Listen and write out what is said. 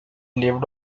lived